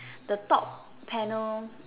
the top panel